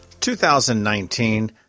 2019